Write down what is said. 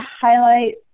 highlight